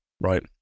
right